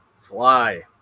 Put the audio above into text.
fly